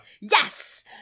Yes